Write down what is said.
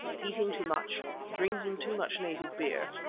eating too much, drinking too much native beer,